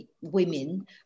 women